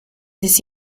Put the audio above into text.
this